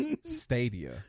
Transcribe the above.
stadia